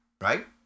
Right